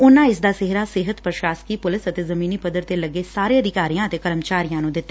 ਉਨ੍ਫਾ ਇਸ ਦਾ ਸਿਹਰਾ ਸਿਹਤ ਪ੍ਰਸ਼ਾਸਕੀ ਪੁਲਿਸ ਅਤੇ ਜ਼ਮੀਨੀ ਪੱਧਰ ਤੇ ਲੱਗੇ ਸਾਰੇ ਅਧਿਕਾਰੀਆਂ ਅਤੇ ਕਰਮਚਾਰੀਆਂ ਨੂੰ ਦਿੱਤਾ